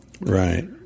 Right